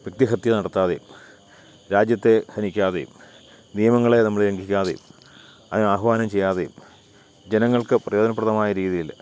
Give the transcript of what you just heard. വ്യക്തിഹത്യ നടത്താതെയും രാജ്യത്തെ ഹനിക്കാതെയും നിയമങ്ങളെ നമ്മൾ ലംഘിക്കാതെയും അതിന് ആഹ്വാനം ചെയ്യാതെയും ജനങ്ങൾക്ക് പ്രയോജനപ്രദമായ രീതിയിൽ